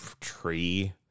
tree